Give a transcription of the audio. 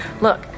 Look